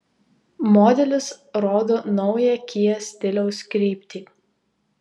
modelis rodo naują kia stiliaus kryptį